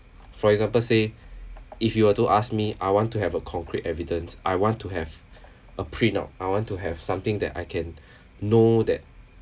for example say if you were to ask me I want to have a concrete evidence I want to have a printout I want to have something that I can know that